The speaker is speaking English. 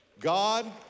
God